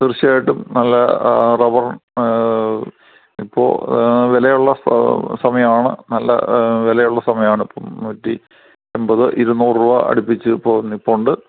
തീർച്ചയായിട്ടും നല്ല റബറും ഇപ്പോൾ വിലയുള്ള സമയമാണ് നല്ല വിലയുള്ള സമയമാണ് ഇപ്പം നൂറ്റി അമ്പത് ഇരുന്നൂർ രൂപ അടുപ്പിച്ച് ഇപ്പോൾ നിൽപ്പുണ്ട്